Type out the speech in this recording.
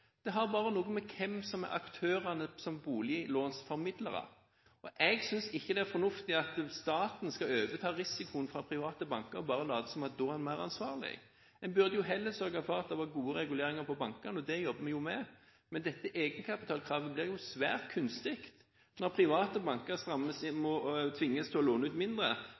Det har bare noe å gjøre med hvem som er aktørene som boliglånsformidlere. Jeg synes ikke det er fornuftig at staten skal overta risikoen fra private banker og bare late som om man da er mer ansvarlig. En burde heller sørge for at det var gode reguleringer for bankene. Det jobber vi med. Men dette egenkapitalkravet blir svært kunstig når private banker tvinges til å låne ut mindre,